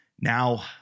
Now